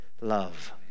love